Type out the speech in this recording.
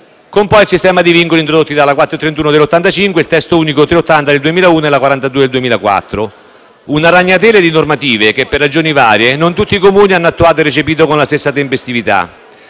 con poi il sistema di vincoli introdotto dalla legge n. 431 del 1985, il Testo unico n. 380 del 2001 e la legge n. 42 del 2004; una ragnatela di normative che, per ragioni varie, non tutti i Comuni hanno attuato e recepito con la stessa tempestività.